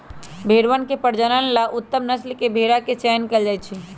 भेंड़वन के प्रजनन ला उत्तम नस्ल के भेंड़ा के चयन कइल जाहई